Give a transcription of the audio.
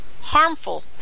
harmful